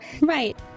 right